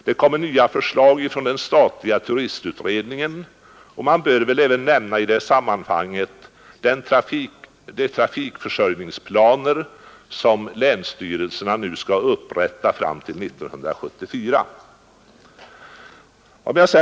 Det kommer nya förslag från den statliga turistutredningen, och man bör väl i sammanhanget även nämna de trafikförsörjningsplaner som länsstyrelserna skall upprätta fram till 1974.